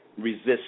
Resist